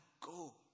go